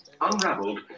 unraveled